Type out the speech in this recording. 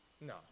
No